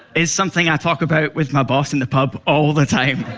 it's something i talk about with my boss in the pub all the time.